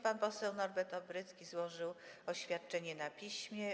Pan poseł Norbert Obrycki złożył oświadczenie na piśmie.